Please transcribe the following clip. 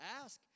ask